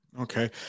okay